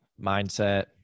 mindset